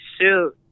Shoot